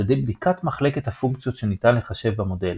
על ידי בדיקת מחלקת הפונקציות שניתן לחשב במודל,